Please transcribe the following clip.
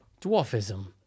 Dwarfism